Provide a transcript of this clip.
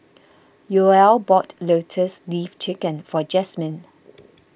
Yoel bought Lotus Leaf Chicken for Jasmyn